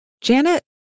janet